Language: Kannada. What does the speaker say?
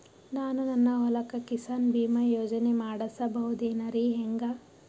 ನಾನು ನನ್ನ ಹೊಲಕ್ಕ ಕಿಸಾನ್ ಬೀಮಾ ಯೋಜನೆ ಮಾಡಸ ಬಹುದೇನರಿ ಹೆಂಗ?